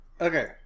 Okay